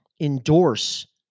endorse